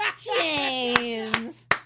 James